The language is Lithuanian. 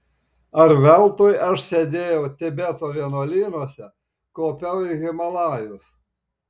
ar veltui aš sėdėjau tibeto vienuolynuose kopiau į himalajus